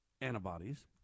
antibodies